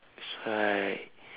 that's why